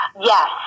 Yes